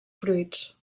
fruits